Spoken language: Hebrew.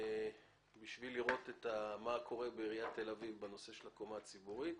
בשביל לראות מה קורה בעיריית תל-אביב בנושא הקומה הציבורית.